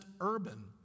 urban